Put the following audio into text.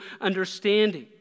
understanding